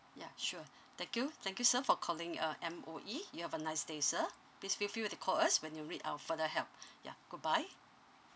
yeah sure thank you thank you sir for calling uh M_O_E you have a nice day sir please feel free to call us when you when you need our further help yeah goodbye